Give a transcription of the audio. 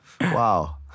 Wow